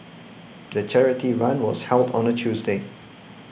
the charity run was held on a Tuesday